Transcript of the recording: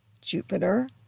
Jupiter